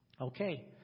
Okay